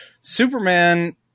Superman